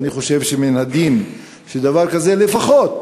ואני חושב שמן הדין שדבר כזה לפחות